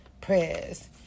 prayers